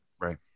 Right